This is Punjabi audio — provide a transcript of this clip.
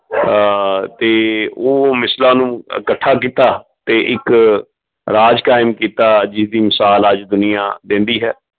ਅਤੇ ਉਹ ਮਿਸਲਾਂ ਨੂੰ ਇਕੱਠਾ ਕੀਤਾ ਅਤੇ ਇੱਕ ਰਾਜ ਕਾਇਮ ਕੀਤਾ ਜਿਹਦੀ ਮਿਸਾਲ ਅੱਜ ਦੁਨੀਆ ਦਿੰਦੀ ਹੈ